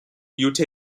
ute